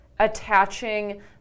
attaching